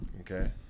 Okay